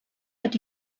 that